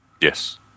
Yes